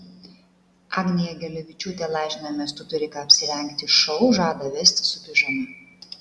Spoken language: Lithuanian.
agnė jagelavičiūtė lažinamės tu turi ką apsirengti šou žada vesti su pižama